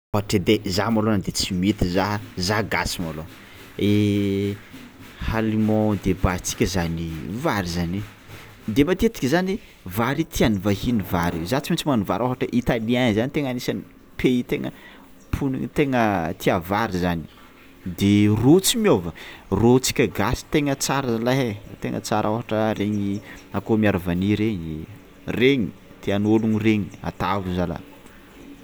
Ôhatra edy ai za malôha de tsy mety za, za gasy malôha aliment de base-ntsika zany vary zany de matetiky zany vary tian'ny vahiny vary i, za tsy maintsy magnano vary ôhatra hoe italien zany tegna agnisan'ny pays tegna mponin- tegna tia vary zany de rô tsy miôva rôntsika gasy tegna tsara zalahy ai tegna tsara ôhatra regny akôho miaro vanille regny, regny tian'ôlogno regny, ataovy zalahy.